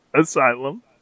asylum